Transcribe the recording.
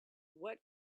what